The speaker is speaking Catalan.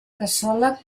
cassola